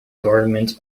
government